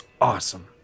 awesome